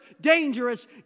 dangerous